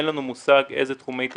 אין לנו מושג איזה תחומי תשתית.